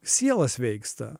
siela sveiksta